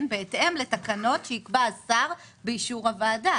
בהתאם לתקנות שיקבע השר באישור הוועדה.